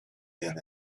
than